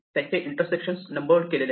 त्यांचे intersections number केलेले आहेत